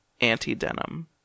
anti-denim